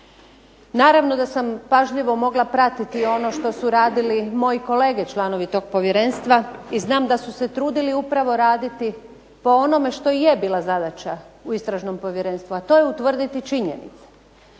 Naravno da sam pažljivo mogla pratiti i ono što su radili moji kolege članovi tog Povjerenstva i znam da su se trudili upravo raditi po onome što i je bila zadaća u Istražnom povjerenstvu, a to je utvrditi činjenice.